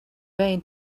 vain